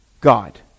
God